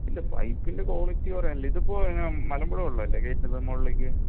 ഇല്ല പൈപ്പിൻ്റെ ക്വാളിറ്റി കുറയാൻ അല്ല ഇതിപ്പോൾ മലമ്പുഴ ഉള്ളതല്ലേ ഗെയ്റ്റിൻ്റെ മുകളിലേക്ക്